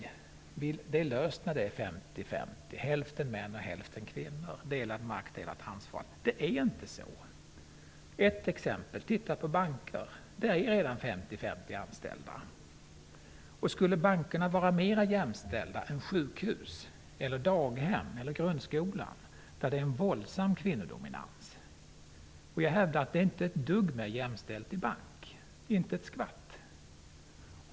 Det anses att problemet är löst när det är 50-50, hälften män och hälften kvinnor, delad makt och delat ansvar. Men det är inte så. Vi kan ta bankerna som exempel. I bankerna är könsfördelningen bland de anställda redan 50-50. Skulle man på bankerna vara mer jämställda än på sjukhusen, daghemmen eller i grundskolan där man har en enorm kvinnodominans? Jag hävdar att man inte är ett dugg mera jämställd på banken.